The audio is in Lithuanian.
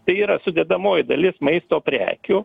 tai yra sudedamoji dalis maisto prekių